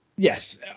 Yes